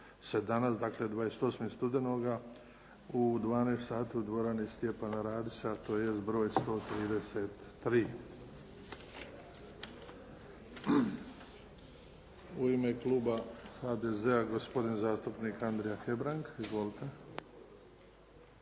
U ime Kluba HDZ-a gospodin zastupnik Andrija Hebrang. Izvolite.